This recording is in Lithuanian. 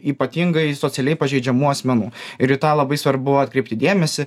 ypatingai socialiai pažeidžiamų asmenų ir į tą labai svarbu atkreipti dėmesį